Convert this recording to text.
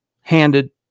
handed